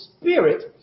spirit